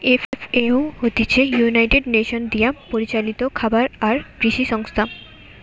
FAO হতিছে United Nations দিয়া পরিচালিত খাবার আর কৃষি সংস্থা